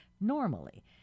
normally